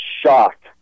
shocked